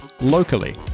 Locally